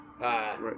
right